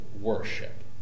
worship